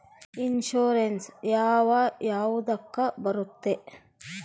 Insurance ಯಾವ ಯಾವುದಕ್ಕ ಬರುತ್ತೆ?